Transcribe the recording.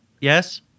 Yes